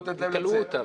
ופשוט לא אפשרו לי לצאת,